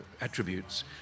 attributes